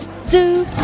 Zoo